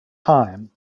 time